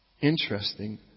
Interesting